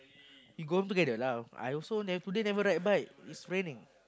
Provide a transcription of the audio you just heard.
we go home together lah I also never today never ride bike it's raining